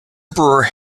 emperor